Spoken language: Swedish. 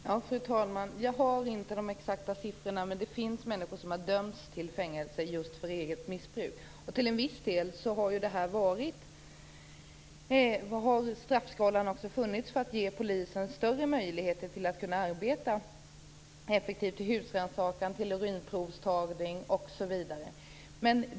Fru talman! Jag har inte de exakta siffrorna, men det finns människor som har dömts till fängelse för eget missbruk. Till en viss del har straffskalan funnits för att ge polisen större möjligheter att arbeta effektivt med husrannsakan, urinprovstagning, osv.